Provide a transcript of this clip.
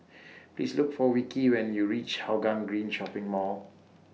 Please Look For Vicky when YOU REACH Hougang Green Shopping Mall